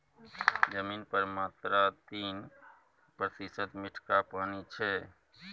जमीन पर मात्र तीन प्रतिशत मीठका पानि छै